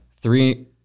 Three –